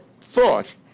thought